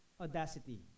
audacity